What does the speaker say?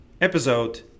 episode